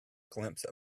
glimpse